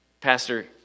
Pastor